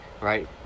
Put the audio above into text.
Right